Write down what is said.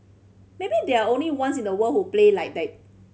maybe they're only ones in the world who play like that